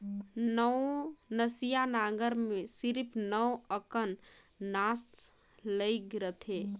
नवनसिया नांगर मे सिरिप नव अकन नास लइग रहथे